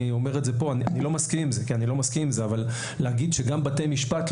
אני אומר את זה כאן כי אני לא מסכים עם זה אבל להגיד שגם בתי משפט,